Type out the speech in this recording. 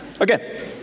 Okay